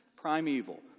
primeval